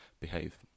behave